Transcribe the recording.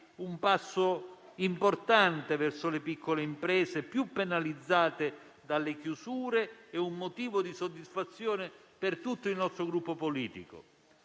un passo importante verso le piccole imprese più penalizzate dalle chiusure e un motivo di soddisfazione per tutto il nostro Gruppo politico.